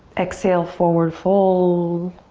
exhale, forward fold.